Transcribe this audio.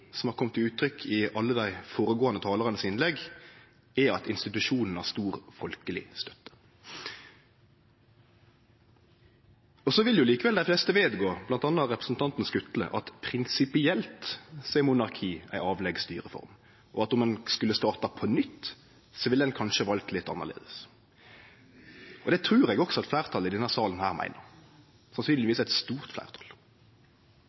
som har kome til uttrykk i alle dei føregåande talarane sine innlegg, er at institusjonen har stor folkeleg støtte. Så vil likevel dei fleste vedgå – bl.a. representanten Skutle – at prinsipielt er monarki ei avleggs styreform, og at om ein skulle starte på nytt, ville ein kanskje ha valt litt annleis. Det trur eg også at fleirtalet i denne salen meiner – sannsynlegvis eit stort fleirtal.